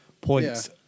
points